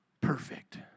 perfect